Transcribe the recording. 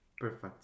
perfect